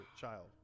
child